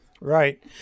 Right